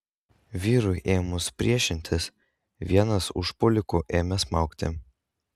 vyrui ėmus priešintis vienas užpuolikų ėmė smaugti